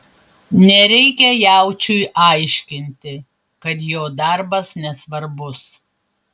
nereikia jaučiui aiškinti kad jo darbas nesvarbus